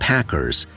Packers